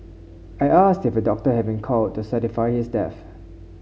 I asked if a doctor had been called to certify his death